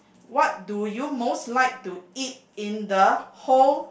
what do you most like to eat in the whole